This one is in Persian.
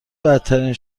بدترین